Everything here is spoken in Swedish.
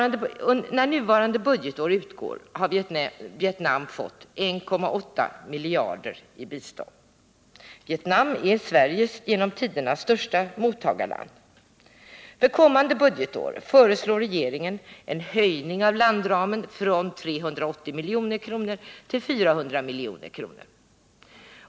När nuvarande budgetår utgår har Vietnam fått 1,8 miljarder i bistånd. Vietnam är Sveriges genom tiderna största mottagarland. För kommande budgetår föreslår regeringen en höjning av landramen från 380 milj.kr. till 400 milj.kr.